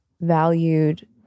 valued